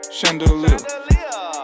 Chandelier